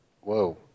Whoa